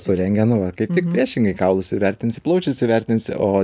su rentgenu va kaip tik priešingai kaulus įvertinsi plaučius įvertinsi o